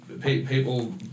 people